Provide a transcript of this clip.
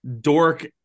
dork